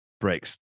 breaks